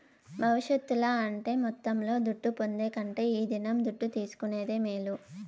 భవిష్యత్తుల అంటే మొత్తంలో దుడ్డు పొందే కంటే ఈ దినం దుడ్డు తీసుకునేదే మేలు